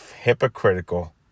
hypocritical